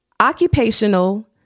occupational